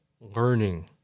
learning